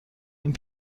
این